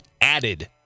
added